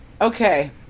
okay